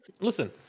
Listen